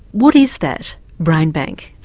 what is that brain bank?